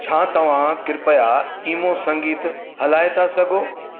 छा तव्हां कृपया ईमो संगीत हलाए था सघो